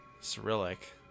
Cyrillic